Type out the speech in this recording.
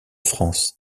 france